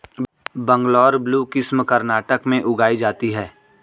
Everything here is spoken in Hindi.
बंगलौर ब्लू किस्म कर्नाटक में उगाई जाती है